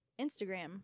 Instagram